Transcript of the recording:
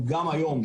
גם היום,